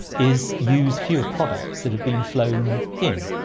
is use fewer products that have been flown in,